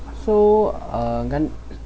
so uh